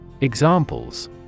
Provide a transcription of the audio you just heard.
Examples